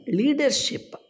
leadership